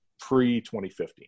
pre-2015